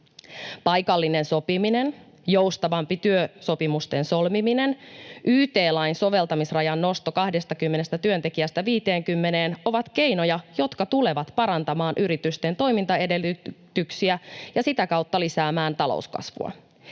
Paikallinen sopiminen, joustavampi työsopimusten solmiminen ja yt-lain soveltamisrajan nosto 20 työntekijästä 50:een ovat keinoja, jotka tulevat parantamaan yritysten toimintaedellytyksiä ja sitä kautta lisäämään talouskasvua.